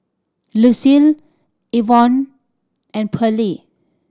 Lucile Evon and Pearley